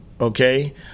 okay